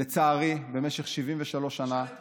לצערי, במשך 73 שנה, תשאל את